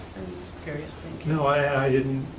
curious, thank you. no i didn't,